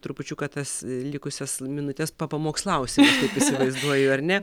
trupučiuką tas likusias minutes papamokslausi aš taip įsivaizduoju ar ne